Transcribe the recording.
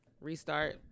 restart